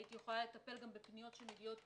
הייתי יכולה לטפל בפניות שמגיעות